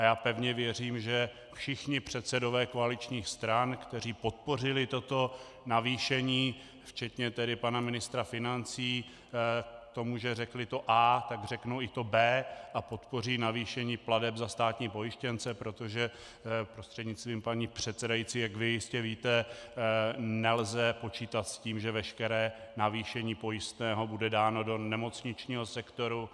A já pevně věřím, že všichni předsedové koaličních stran, kteří podpořili toto navýšení, včetně pana ministra financí, k tomu, že řekli to A, tak řeknou i to B a podpoří navýšení plateb za státní pojištěnce, protože, prostřednictvím paní předsedající, jak vy jistě víte, nelze počítat s tím, že veškeré navýšení pojistného bude dáno do nemocničního sektoru.